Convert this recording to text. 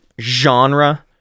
genre